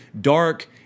dark